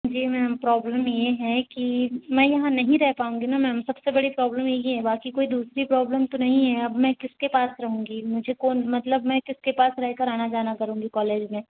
जी ma'am problem यह है कि मैं यहाँ नहीं रह पाऊँगी न मैम सबसे बड़ी प्रॉब्लम यही है बाकि कोई दूसरी प्रॉब्लम तो नहीं है अब मैं किसके पास रहूंगी मुझे कौन मतलब मैं किसके पास रह कर आना जाना करुँगी कॉलेज में